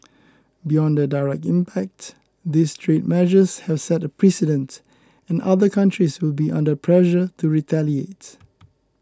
beyond their direct impact these trade measures have set a precedent and other countries will be under pressure to retaliate